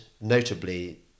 notably